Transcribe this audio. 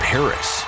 Paris